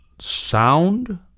sound